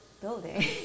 building